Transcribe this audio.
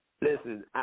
listen